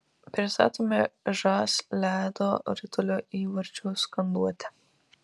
pristatome žas ledo ritulio įvarčių skanduotę